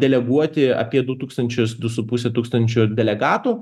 deleguoti apie du tūkstančius du su puse tūkstančio delegatų